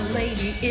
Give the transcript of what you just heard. lady